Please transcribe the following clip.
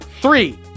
Three